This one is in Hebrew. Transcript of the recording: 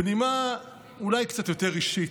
בנימה אולי קצת יותר אישית,